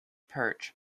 perch